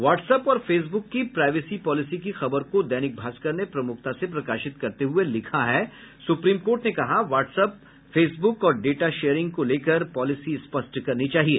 WhatsApp और Facebook की privacy policy की खबर को दैनिक भास्कर ने प्रमुखता से प्रकाशित करते हुए लिखा है सुप्रीम कोर्ट ने कहा वाट्सएप फेसब्रक और डेटा शेयरिंग को लेकर पॉलिसी स्पष्ट करनी चाहिए